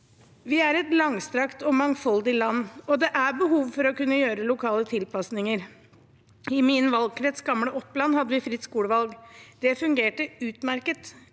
Vi er et langstrakt og mangfoldig land, og det er behov for å kunne gjøre lokale tilpasninger. I min valgkrets, det gamle Oppland, hadde vi fritt skolevalg. Det fungerte utmerket.